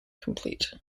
complete